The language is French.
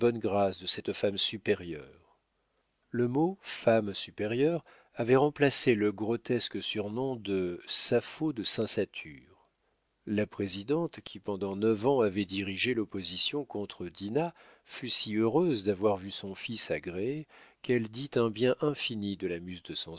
grâces de cette femme supérieure le mot femme supérieure avait remplacé le grotesque surnom de sapho de saint satur la présidente qui pendant neuf ans avait dirigé l'opposition contre dinah fut si heureuse d'avoir vu son fils agréé qu'elle dit un bien infini de la